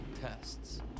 tests